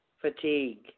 fatigue